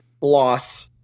loss